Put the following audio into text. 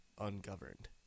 ungoverned